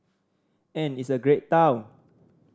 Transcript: and it's a great town